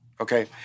Okay